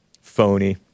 Phony